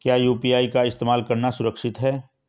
क्या यू.पी.आई का इस्तेमाल करना सुरक्षित है?